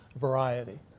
variety